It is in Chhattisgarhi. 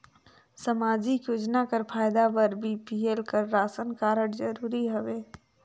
समाजिक योजना कर फायदा बर बी.पी.एल कर राशन कारड जरूरी हवे?